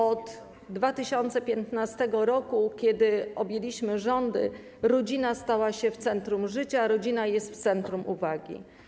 Od 2015 r., kiedy objęliśmy rządy, rodzina stała się w centrum życia, rodzina jest w centrum uwagi.